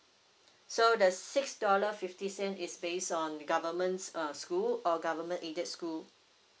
so the six dollar fifty cent is based on the government's uh school or government aided school